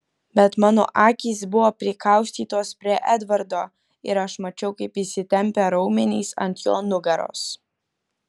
bet mano akys buvo prikaustytos prie edvardo ir aš mačiau kaip įsitempę raumenys ant jo nugaros